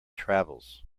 travels